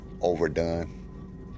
overdone